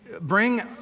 bring